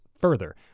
further